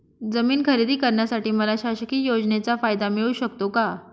जमीन खरेदी करण्यासाठी मला शासकीय योजनेचा फायदा मिळू शकतो का?